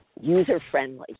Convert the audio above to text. user-friendly